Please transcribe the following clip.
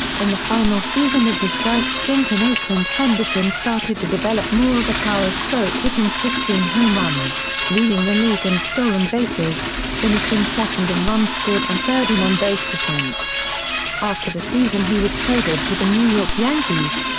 in the final season of his first stint in oakland henderson started to develop more of a power stroke hitting sixteen home runs, leading the league in stolen bases, finishing second in runs scored and third in on base. after the season he was traded to the new york yankees.